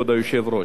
כבוד היושב-ראש,